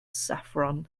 saffron